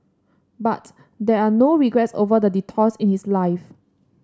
but there are no regrets over the detours in his life